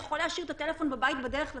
יכול להשאיר את הטלפון בבית והוא בדרך לסופר.